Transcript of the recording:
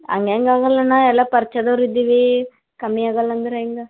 ಹಂಗೆಂಗಾಗಲ್ ಅಣ್ಣ ಎಲ್ಲ ಪರ್ಚಯದವ್ರು ಇದ್ದೀವಿ ಕಮ್ಮಿ ಆಗೋಲ್ಲ ಅಂದರೆ ಹೆಂಗೆ